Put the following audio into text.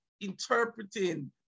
interpreting